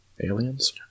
aliens